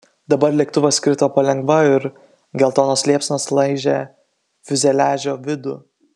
dabar lėktuvas krito palengva ir geltonos liepsnos laižė fiuzeliažo vidų